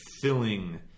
filling